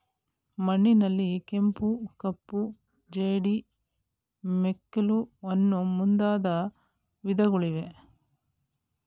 ಮಣ್ಣಿನಲ್ಲಿ ಕೆಂಪು, ಕಪ್ಪು, ಜೇಡಿ, ಮೆಕ್ಕಲು ಅನ್ನೂ ಮುಂದಾದ ವಿಧಗಳಿವೆ